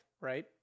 right